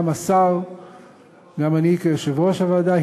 גם השר וגם אני כיושב-ראש הוועדה,